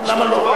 למה לא?